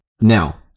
now